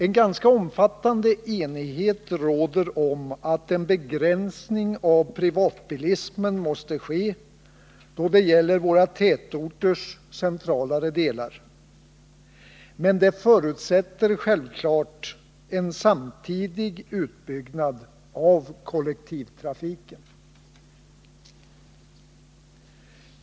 En ganska omfattande enighet råder om att privatbilismen måste begränsas i våra tätorters centralare delar, men det förutsätter självfallet en samtidig utbyggnad av kollektivtrafiken.